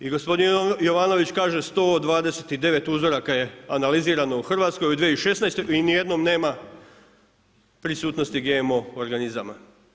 I gospodin Jovanović kaže 129 uzoraka je analizirano u Hrvatskoj u 2016. i ni u jednom nema prisutnosti GMO organizama.